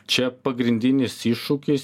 čia pagrindinis iššūkis